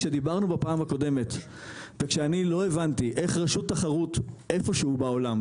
כשדיברנו בפעם הקודמת וכשאני לא הבנתי איך רשות תחרות אין שוק בעולם,